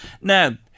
Now